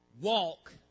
walk